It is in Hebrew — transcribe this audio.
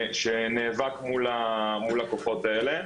שנאבק מול הכוחות האלה,